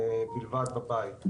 בלבד בבית.